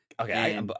okay